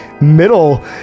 middle